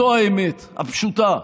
זו האמת הפשוטה,